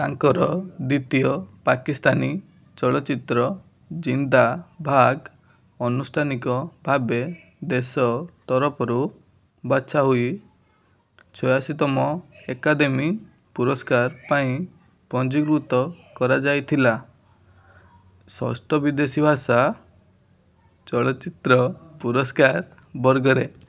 ତାଙ୍କର ଦ୍ୱିତୀୟ ପାକିସ୍ତାନୀ ଚଳଚିତ୍ର ଜିନ୍ଦାଭାଗ୍ ଅନୁଷ୍ଟାନିକ ଭାବେ ଦେଶ ତରଫରୁ ବଛା ହୋଇ ଛୟାଅଶୀ ତମ ଏକାଡ଼େମୀ ପୁରସ୍କାର୍ ପାଇଁ ପଞ୍ଜୀକୃତ କରାଯାଇଥିଲା ସ୍ପଷ୍ଟ ବିଦେଶୀ ଭାଷା ଚଳଚିତ୍ର ପୁରଷ୍କାର୍ ବର୍ଗରେ